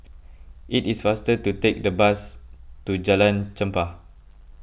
it is faster to take the bus to Jalan Chempah